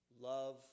love